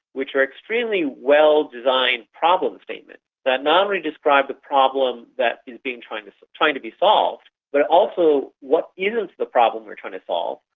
which are extremely well-designed problem statements that not only describe the problem that is trying to trying to be solved but also what isn't the problem we're trying to solve,